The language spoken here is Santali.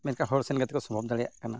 ᱢᱮᱱᱠᱷᱟᱱ ᱦᱚᱲ ᱥᱮᱱ ᱠᱟᱛᱮᱫ ᱠᱚ ᱥᱚᱢᱵᱷᱚᱵᱽ ᱫᱟᱲᱮᱭᱟᱜᱼᱟ